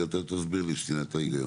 תסביר לי שנייה את ההיגיון.